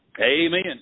Amen